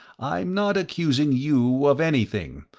i'm not accusing you of anything,